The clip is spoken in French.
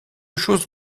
chose